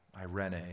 irene